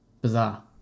Bizarre